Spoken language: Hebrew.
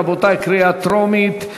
רבותי, קריאה טרומית.